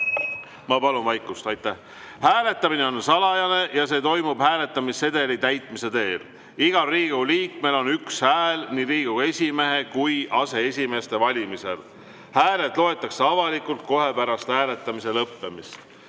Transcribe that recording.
Ma palun vaikust. Aitäh! Hääletamine on salajane ja see toimub hääletamissedeli täitmise teel. Igal Riigikogu liikmel on üks hääl nii Riigikogu esimehe kui ka aseesimeeste valimisel. Hääli loetakse avalikult kohe pärast hääletamise lõppemist.